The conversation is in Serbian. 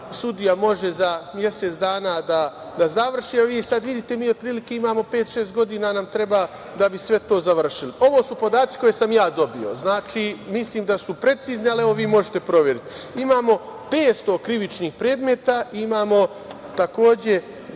sudija može za mesec dana da završi, a vi sad vidite mi otprilike imamo, pet, šest godina nam treba da bi sve to završili. Ovo su podaci koje sam ja dobio. Znači, mislim da su precizni, ali vi možete proveriti. Imamo 500 krivičnih predmeta. Imamo, takođe,